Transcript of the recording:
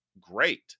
great